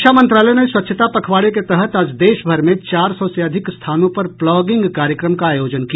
रक्षा मंत्रालय ने स्वच्छता पखवाड़े के तहत आज देशभर में चार सौ से अधिक स्थानों पर प्लॉगिंग कार्यक्रम का आयोजन किया